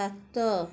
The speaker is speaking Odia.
ସାତ